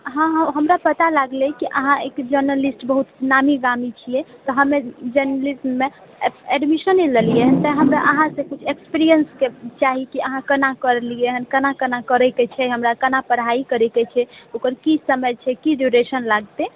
हँ हमरा पता लागलै की अहाँ एक जर्नलिस्ट बहुत नामी गामी छिऐ तऽ हम जर्नलिस्टमे एडमिशन लेलिऐ हँ तँ हमरा अहाँसँ किछु एक्सपीरियंस चाही की अहाँ केना करलिऐ हँ कना कना करैके छै हमरा कना पढ़ाइ करैके छै ओकर की समय छै कि ड्यूरेशन लागतै